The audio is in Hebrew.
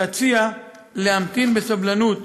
ואציע להמתין בסבלנות